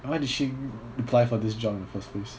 why did she apply for this job in the first place